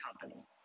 company